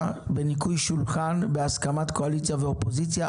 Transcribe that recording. בניקוי שולחן בהסכמת קואליציה ואופוזיציה,